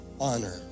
honor